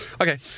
okay